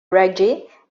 reggie